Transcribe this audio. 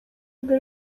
rwe